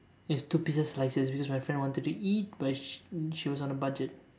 it's stupidest just like this because my friend wanted to eat but she she was on a budget